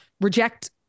reject